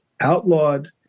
outlawed